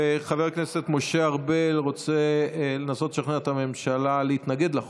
חבר הכנסת משה ארבל רוצה לנסות לשכנע את הממשלה להתנגד לחוק,